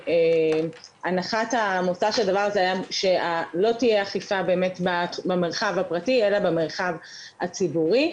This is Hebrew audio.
הנחת המוצא הייתה שלא תהיה אכיפה במרחב הפרטי אלא במרחב הציבורי,